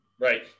Right